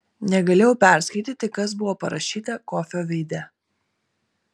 negalėjau perskaityti kas buvo parašyta kofio veide